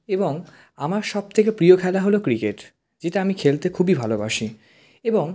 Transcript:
এবং আমার সবথেকে প্রিয় খেলা হলো ক্রিকেট যেটা আমি খেলতে খুবই ভালোবাসি এবং